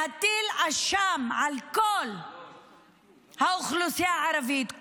להטיל אשם על כל האוכלוסייה הערבית,